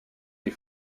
des